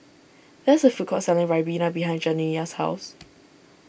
there is a food court selling Ribena behind Janiyah's house